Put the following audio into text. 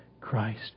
Christ